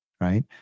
right